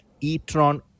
e-tron